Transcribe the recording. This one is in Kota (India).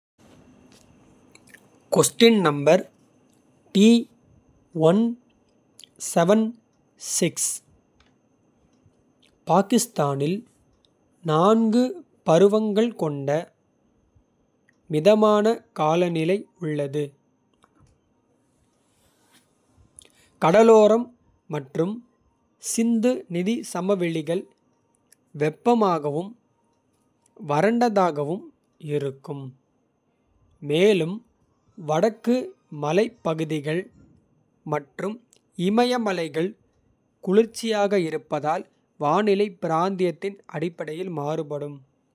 பாகிஸ்தானில் நான்கு பருவங்கள் கொண்ட. மிதமான காலநிலை உள்ளது கடலோரம் மற்றும். சிந்து நதி சமவெளிகள் வெப்பமாகவும் வறண்டதாகவும். இருக்கும் மேலும் வடக்கு மலைப்பகுதிகள் மற்றும். இமயமலைகள் குளிர்ச்சியாக இருப்பதால் வானிலை. பிராந்தியத்தின் அடிப்படையில் மாறுபடும்.